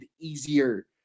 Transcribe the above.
easier